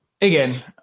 Again